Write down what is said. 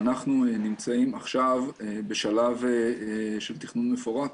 אנחנו נמצאים עכשיו בשלב של תכנון מפורט.